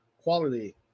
quality